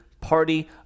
party